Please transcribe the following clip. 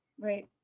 Right